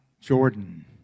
Jordan